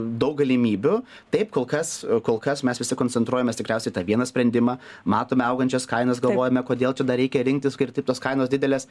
daug galimybių taip kol kas kol kas mes visi koncentruojamės tikriausiai į tą vieną sprendimą matome augančias kainas galvojame kodėl čia dar reikia rinktis kai ir taip tos kainos didelės